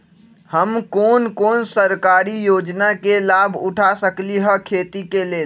हम कोन कोन सरकारी योजना के लाभ उठा सकली ह खेती के लेल?